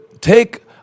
take